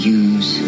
use